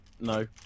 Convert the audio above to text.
no